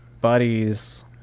buddies